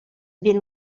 viene